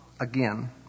again